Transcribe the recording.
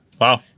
wow